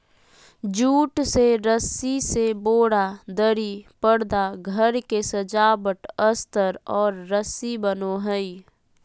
jute से रस्सी से बोरा, दरी, परदा घर के सजावट अस्तर और रस्सी बनो हइ